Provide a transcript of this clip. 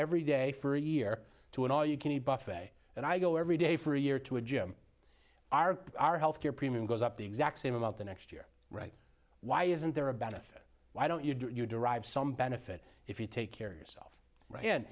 every day for a year or two and all you can eat buffet and i go every day for a year to a gym are our health care premium goes up the exact same amount the next year right why isn't there a benefit why don't you derive some benefit if you take care of yourself right in